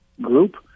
group